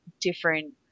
different